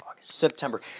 September